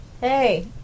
hey